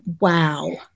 wow